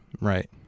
right